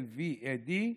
LVAD,